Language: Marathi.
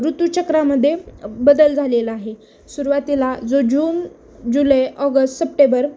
ऋतूचक्रामध्ये बदल झालेला आहे सुरुवातीला जो जून जुलै ऑगस्ट सप्टेबर